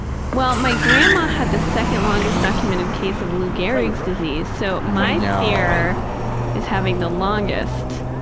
well, my grandma had the second longest documented case of lou gehrig's disease. so my fear is having the longest.